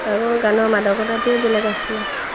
আৰু গানৰ মাদকতাটোও বেলেগ আছিল